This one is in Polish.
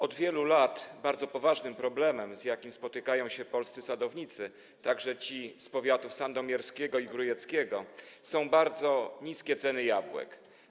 Od wielu lat bardzo poważnym problemem, jaki napotykają polscy sadownicy, także ci z powiatów sandomierskiego i grójeckiego, są bardzo niskie ceny jabłek.